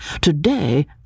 Today